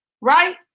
Right